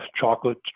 chocolate